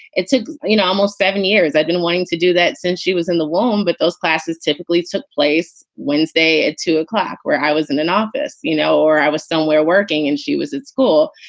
it's ah almost seven years. i've been wanting to do that since she was in the loan. but those classes typically took place wednesday at two o'clock where i was in an office, you know, or i was somewhere working and she was at school.